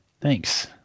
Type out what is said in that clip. Thanks